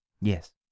Yes